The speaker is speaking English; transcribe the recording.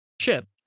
ship